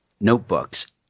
notebooks